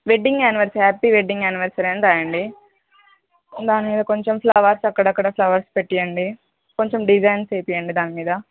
wedding anniversary happy wedding anniversary అని రాయండి దాని మీద కొంచెం ఫ్లవర్స్ అక్కడక్కడ ఫ్లవర్స్ పెట్టండి కొంచెం డిజైన్స్ వెయ్యండి దాని మీద